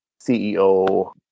CEO